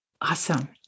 awesome